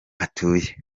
atuye